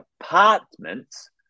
apartments